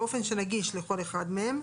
באופן שנגיש לכל אחד מהם,